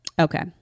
Okay